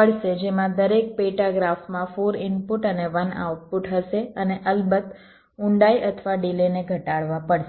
પડશે જેમાં દરેક પેટા ગ્રાફમાં 4 ઇનપુટ અને 1 આઉટપુટ હશે અને અલબત્ત ઊંડાઈ અથવા ડિલેને ઘટાડવા પડશે